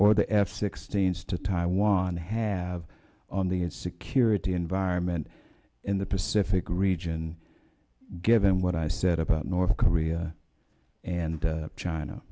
or the f sixteen to taiwan have on the security environment in the pacific region given what i've said about north korea and china